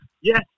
Yes